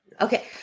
Okay